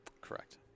Correct